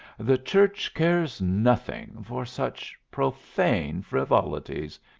the church cares nothing for such profane frivolities,